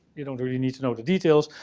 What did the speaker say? you don't really need to know the details,